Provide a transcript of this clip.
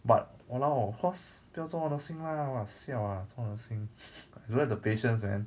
but !walao! cause 不要做 nursing lah siao ah 做 nursing don't have the patience man